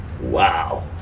Wow